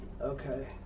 Okay